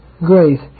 grace